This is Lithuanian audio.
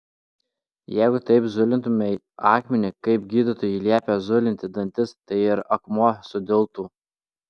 jeigu taip zulintumei akmenį kaip gydytojai liepia zulinti dantis tai ir akmuo sudiltų